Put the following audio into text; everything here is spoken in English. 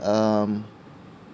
um